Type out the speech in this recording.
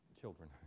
children